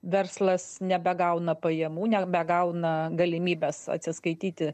verslas nebegauna pajamų nebegauna galimybės atsiskaityti